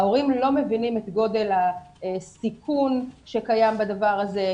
ההורים לא מבינים את גודל הסיכון שקיים בדבר הזה.